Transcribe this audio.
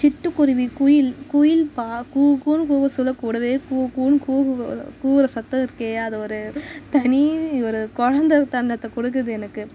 சிட்டுக்குருவி குயில் குயில் பா கூக்குன்னு கூவ சொல்ல கூடவே கூக்குன்னு கூவும் கூவுகிற சத்தம் இருக்கே அது ஒரு தனி ஒரு குழந்தத்தனத்த கொடுக்குது எனக்கு